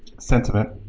sentiment.